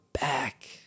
back